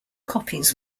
copies